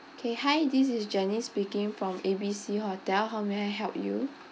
okay hi this is janice speaking from A B C hotel how may I help you